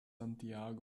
santiago